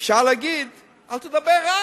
אפשר להגיד: אל תדבר רע.